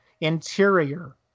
interior